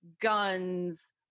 guns